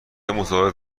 متفاوت